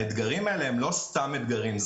האתגרים האלה הם לא סתם אתגרים.